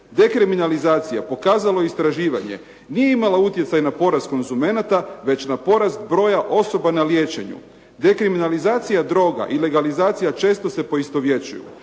Dekriminalizacija pokazalo je istraživanje nije imala utjecaj na porast konzumenata već na porast broja osoba na liječenju. Dekriminalizacija droga i legalizacija često se poistovjećuju.